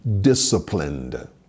disciplined